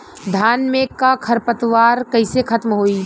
धान में क खर पतवार कईसे खत्म होई?